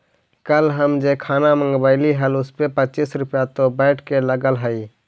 कल हम जे खाना मँगवइली हल उसपे पच्चीस रुपए तो वैट के लगलइ हल